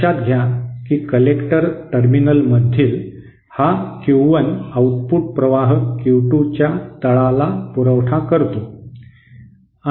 लक्षात घ्या की कलेक्टर टर्मिनलमधील हा Q1 आउटपुट प्रवाह Q2च्या तळाला पुरवठा करतो